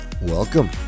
Welcome